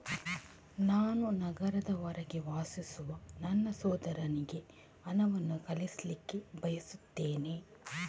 ನಾನು ನಗರದ ಹೊರಗೆ ವಾಸಿಸುವ ನನ್ನ ಸಹೋದರನಿಗೆ ಹಣವನ್ನು ಕಳಿಸ್ಲಿಕ್ಕೆ ಬಯಸ್ತೆನೆ